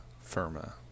firma